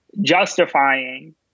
justifying